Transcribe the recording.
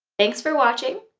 thanks for watching,